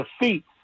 defeat